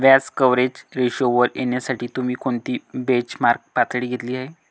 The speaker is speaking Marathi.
व्याज कव्हरेज रेशोवर येण्यासाठी तुम्ही कोणती बेंचमार्क पातळी घेतली आहे?